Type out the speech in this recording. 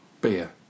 Beer